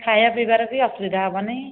ଖାଇବା ପିଇବାର ବି ଅସୁବିଧା ହେବନି